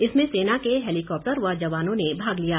इसमें सेना के हैलीकॉप्टर व जवानों ने भाग लिया